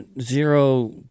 zero